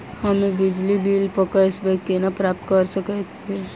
हम्मे बिजली बिल प कैशबैक केना प्राप्त करऽ सकबै?